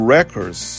Records